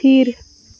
ᱛᱷᱤᱨ